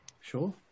Sure